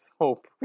hope